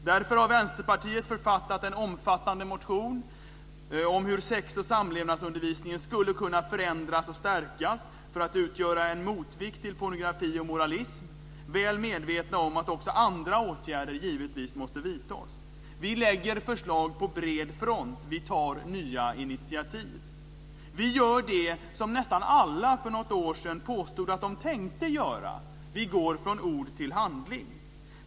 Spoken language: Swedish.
Därför har vi i Vänsterpartiet författat en omfattande motion om hur sex och samlevnadsundervisningen skulle kunna förändras och stärkas för att utgöra en motvikt till pornografi och moralism, väl medvetna om att också andra åtgärder givetvis måste vidtas. Vi framlägger förslag på bred front, och vi tar nya initiativ. Vi gör det som nästan alla för något år sedan påstod att de tänkte göra - vi går från ord till handling.